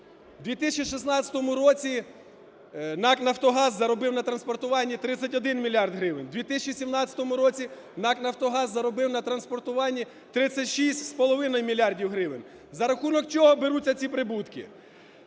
2016 році НАК "Нафтогаз" заробив на транспортуванні 31 мільярд гривень. В 2017 році НАК "Нафтогаз" заробив на транспортуванні 36,5 мільярдів гривень. За рахунок чого беруться ці прибутки?